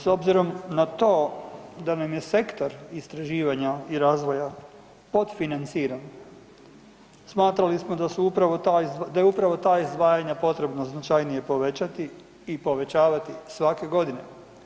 S obzirom na to da nam je sektor istraživanja i razvoja potfinanciran, smatrali smo da je upravo ta izdvajanja potrebno značajnije povećati i povećavati svake godine.